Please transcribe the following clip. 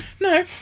No